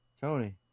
Tony